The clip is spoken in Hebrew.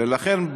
ולכן,